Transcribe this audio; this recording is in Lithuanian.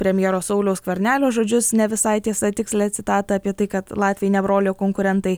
premjero sauliaus skvernelio žodžius ne visai tiesa tikslią citatą apie tai kad latviai ne broliai o konkurentai